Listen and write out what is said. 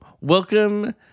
welcome